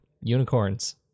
unicorns